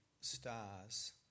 stars